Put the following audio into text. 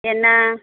என்ன